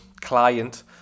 client